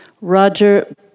Roger